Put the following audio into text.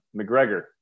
McGregor